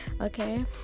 okay